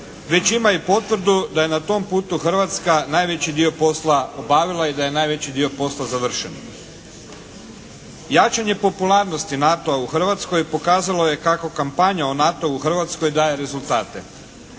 već ima i potvrdu da je na tom putu Hrvatska najveći dio posla obavila i da je najveći dio posla završeno. Jačanje popularnosti NATO-a u Hrvatskoj pokazalo je kako kampanja o NATO-u u Hrvatskoj daje rezultate.